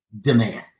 demand